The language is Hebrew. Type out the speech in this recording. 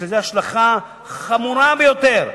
יש לזה השלכה חמורה ביותר.